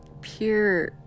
pure